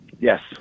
Yes